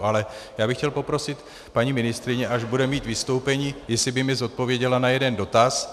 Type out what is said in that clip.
Ale já bych chtěl poprosit paní ministryni, až bude mít vystoupení, jestli by mi odpověděla na jeden dotaz.